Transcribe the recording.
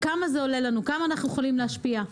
כמה זה עולה לנו, כמה אנחנו יכולים להשפיע,